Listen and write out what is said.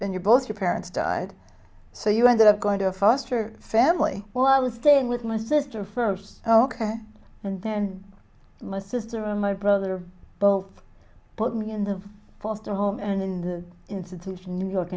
and you both your parents died so you ended up going to a foster family while i was staying with my sister first ok and then my sister and my brother both put me in the foster home and in the institution new york